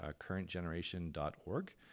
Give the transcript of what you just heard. currentgeneration.org